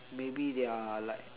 maybe they are like